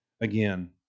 again